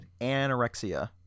anorexia